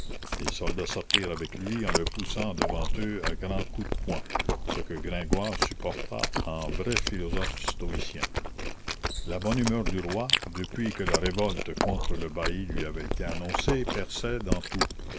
les soldats sortirent avec lui en le poussant devant eux à grands coups de poing ce que gringoire supporta en vrai philosophe stoïcien la bonne humeur du roi depuis que la révolte contre le bailli lui avait été annoncée perçait dans tout